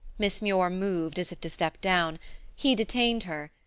miss muir moved as if to step down he detained her,